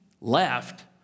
left